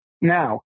Now